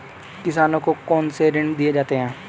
किसानों को कौन से ऋण दिए जाते हैं?